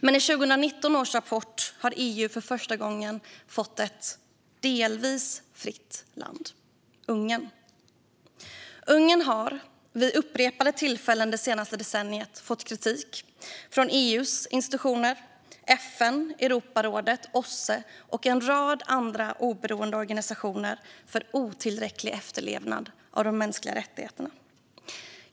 Men i 2019 års rapport har EU för första gången fått ett delvis fritt land - Ungern. Ungern har vid upprepade tillfällen det senaste decenniet fått kritik från EU:s institutioner, FN, Europarådet, OSSE och en rad andra oberoende organisationer för otillräcklig efterlevnad av de mänskliga rättigheterna.